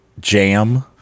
jam